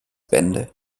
bände